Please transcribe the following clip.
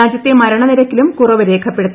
രാജ്യത്തെ മരണനിരക്കിലും കുറവ് രേഖപ്പെടുത്തി